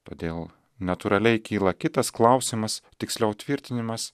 todėl natūraliai kyla kitas klausimas tiksliau tvirtinimas